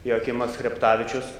joakimas chreptavičius